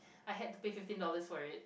I had to pay fifteen dollars for it